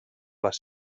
les